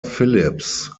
phillips